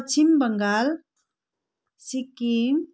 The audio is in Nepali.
पश्चिम बङ्गाल सिक्किम